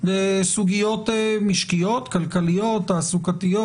בסוגיות משקיות-כלכליות-תעסוקתיות?